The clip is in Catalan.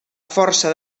força